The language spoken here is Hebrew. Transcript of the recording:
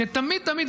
שתמיד תמיד,